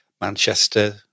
Manchester